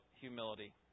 humility